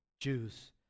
Jews